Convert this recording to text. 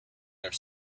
their